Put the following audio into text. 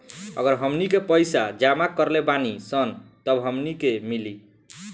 अगर हमनी के पइसा जमा करले बानी सन तब हमनी के मिली